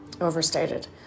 overstated